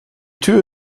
tür